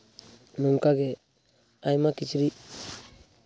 ᱱᱚᱝᱠᱟᱜᱮ ᱟᱭᱢᱟ ᱠᱤᱪᱨᱤᱡ